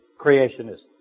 creationism